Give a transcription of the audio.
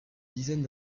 dizaine